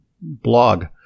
blog